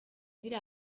dira